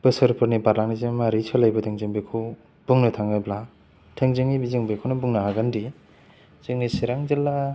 बोसोरफोरनि बारलांनायजों माबोरै सोलायबोदों जों बेखौ बुंनो थाङोब्ला थोंजोङै जों बेखौनो बुंनो हागोनदि जोंनि चिरां जिल्ला